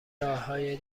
راههای